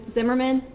Zimmerman